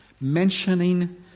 mentioning